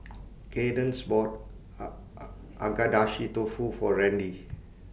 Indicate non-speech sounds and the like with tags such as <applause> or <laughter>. <noise> Kaydence bought <hesitation> Agedashi Dofu For Randy